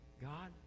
God